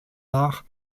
nach